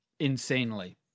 insanely